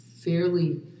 fairly